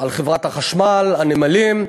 ביותר: על חברת חשמל, על נמלים.